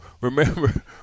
remember